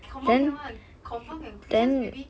confirm can [one] confirm can it just maybe